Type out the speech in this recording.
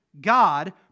God